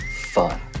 fun